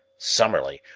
summerlee,